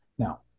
Now